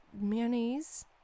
mayonnaise